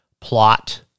plot